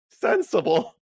sensible